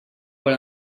per